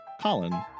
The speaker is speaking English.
Colin